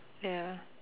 ya